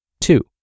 Two